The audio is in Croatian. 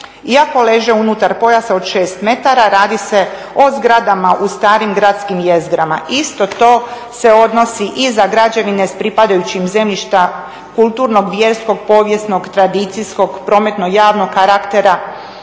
Iako leže unutar pojasa od 6 metara radi se o zgradama u starim gradskim jezgrama. Isto to se odnosi i za građevine s pripadajućim zemljištem kulturnog, vjerskog, povijesnog, tradicijskog, prometno-javnog karaktera